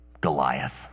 Goliath